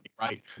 right